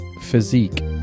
physique